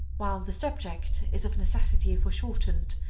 while the subject is of necessity foreshortened,